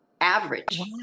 average